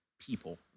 people